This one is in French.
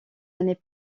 années